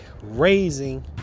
raising